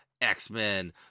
X-Men